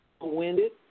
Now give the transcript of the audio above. winded